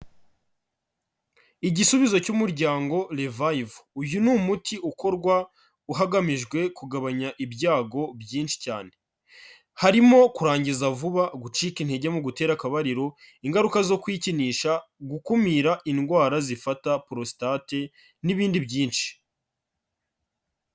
Igisubizo cy'umuryango Revive, uyu ni umuti ukorwa hagamijwe kugabanya ibyago byinshi cyane, harimo kurangiza vuba, gucika intege mu gutera akabariro, ingaruka zo kwikinisha, gukumira indwara zifata porositate n'ibindi byinshi.